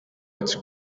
its